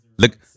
Look